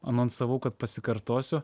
anonsavau kad pasikartosiu